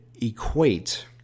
equate